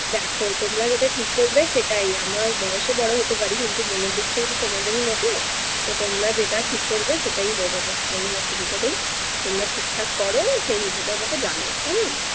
দেখো তোমরা যেটা ঠিক করবে সেটাই আমার বয়েসে বড় হতে পারি কিন্তু মনের দিক থেকে তো তোমাদেরই মতো তো তোমরা যেটা ঠিক করবে সেটাই হয়ে যাবে কোনো অসুবিধা নেই তোমরা ঠিকঠাক করো সেই হিসাবে আমাকে জানাও কেমন